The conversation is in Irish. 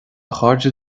chairde